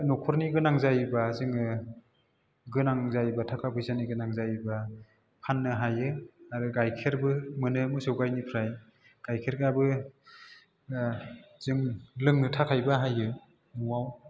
नखरनि गोनां जायोबा जोङो गोनां जायोबा थाखा फैसानि गोनां जायोबा फाननो हायो आरो गाइखेरबो मोनो मोसौ गाइनिफ्राय गाइखेराबो जों लोंनो थाखाइ बाहायो न'वाव